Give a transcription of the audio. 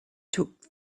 took